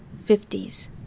fifties